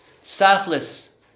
selfless